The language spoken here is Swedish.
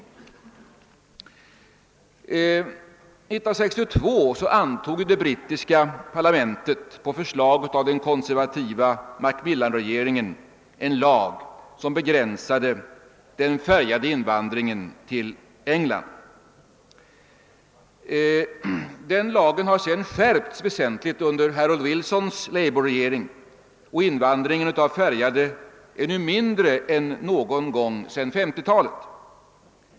1962 antog det brittiska parlamentet på förslag av den konservativa Macmillan-regeringen en lag, som begränsade den färgade invandringen till England. Den lagen har sedan skärpts väsentligt under Harold Wilsons labourregering, och invandringen av färgade är nu mindre än någon gång sedan 1950-talet.